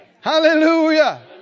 Hallelujah